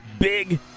Big